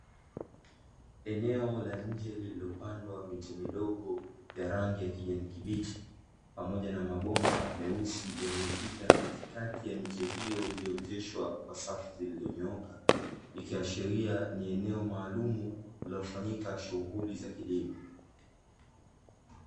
Eneo la nje lililopandwa miche midogo ya rangi ya kijani kibichi pamoja na mabomba meusi yaliyopita katikati ya miche hiyo iliyooteshwa kwa safu zilizonyooka, ikiashiria ni eneo maalumu linalofanyika shughuli za kilimo.